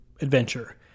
adventure